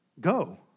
go